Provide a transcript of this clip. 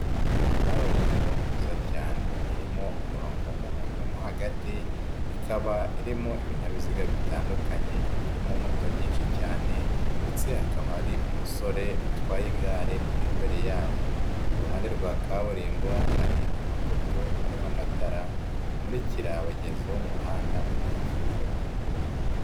Kaburimbo nziza cyane irimo umurongo w'umuhondo mo hagati ikaba irimo ibinyabiziga bitandukanye birimo moto nyinshi cyane ndetse akaba hari umusore atwaye igare ,uri imbere yabo ku ruhande rwa kaburimbo hari amapoto ariho amatara amurikira abagenzi bo mu muhanda mu gihe k'ijoro.